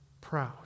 proud